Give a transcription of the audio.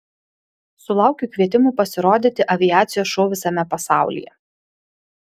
sulaukiu kvietimų pasirodyti aviacijos šou visame pasaulyje